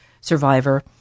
survivor